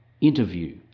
interview